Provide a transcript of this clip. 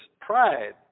pride